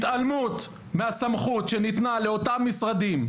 התעלמות מהסמכות שניתנה לאותם משרדים,